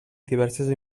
diverses